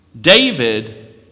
David